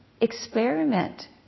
experiment